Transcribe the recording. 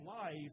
life